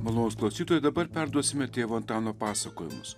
malonūs klausytojai dabar perduosime tėvo antano pasakojimus